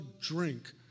drink